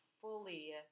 fully